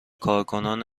کارکنان